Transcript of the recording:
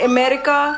America